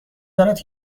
دارد